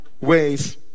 ways